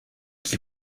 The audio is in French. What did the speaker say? qui